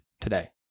today